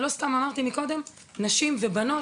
ולא סתם אמרתי קודם, נשים ובנות,